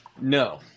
No